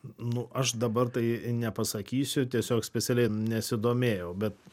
nu aš dabar tai nepasakysiu tiesiog specialiai nesidomėjau bet